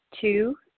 two